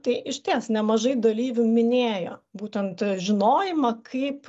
tai išties nemažai dalyvių minėjo būtent žinojimą kaip